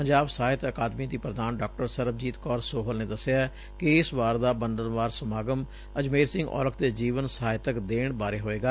ਪੰਜਾਬ ਸਾਹਿਤ ਅਕਾਦਮੀ ਦੀ ਪ੍ਰਧਾਨ ਡਾ ਸਰਬਜੀਤ ਕੌਰ ਸੋਹਲ ਨੇ ਦੱਸਿਐ ਕਿ ਇਸ ਵਾਰ ਦਾ ਬੰਦਨਵਾਰ ਸਮਾਗਮ ਅਜਮੇਰ ਸਿੰਘ ਔਲਖ ਦੇ ਜੀਵਨ ਸਾਹਿਤਕ ਦੇਣ ਬਾਰੇ ਹੋਵੇਗਾ